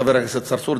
חבר הכנסת צרצור,